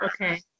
okay